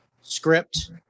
script